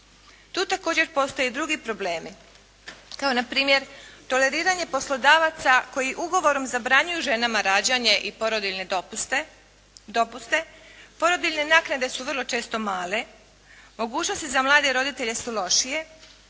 Tu također postoje i drugi problemi. Evo npr. toleriranje poslodavaca koji ugovorom zabranjuju ženama rađanje i porodiljne dopuste porodiljne naknade su vrlo često male. Mogućnosti za mlade roditelje su lošije.